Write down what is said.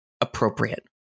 appropriate